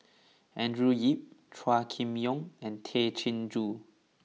Andrew Yip Chua Kim Yeow and Tay Chin Joo